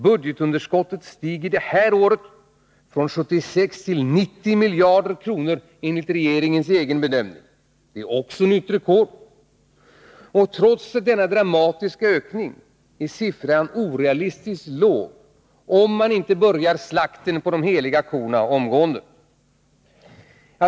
Budgetunderskottet stiger innevarande budgetår från 76 miljarder till 90 miljarder enligt regeringens egen bedömning. Också det är nytt rekord. Trots denna dramatiska ökning är siffran orealistiskt låg, om inte slakten på de heliga korna påbörjas omgående.